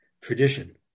tradition